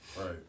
Right